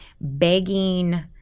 begging